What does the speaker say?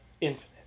infinite